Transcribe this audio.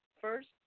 first